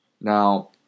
Now